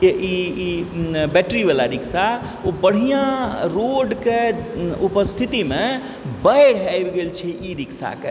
ई ई बैटरीवला रिक्शा ओ बढ़िआँ रोडके उपस्थितिमे बाढ़ि आबि गेल छै ई रिक्शाके